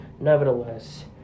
nevertheless